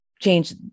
change